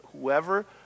whoever